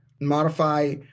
modify